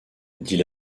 dit